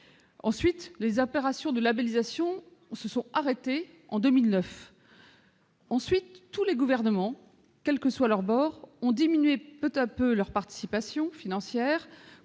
déplacée. Les opérations de labellisation se sont arrêtées en 2009. Ensuite, tous les gouvernements, quelle que soit leur sensibilité, ont diminué peu à peu leur participation financière,